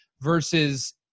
versus